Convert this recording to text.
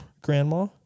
Grandma